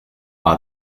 are